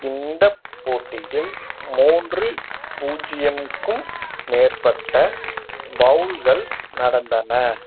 இந்தப் போட்டியில் மூன்று பூஜ்ஜியம்க்கும் மேற்பட்ட பௌல்கள் நடந்தன